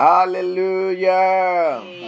Hallelujah